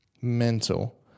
Mental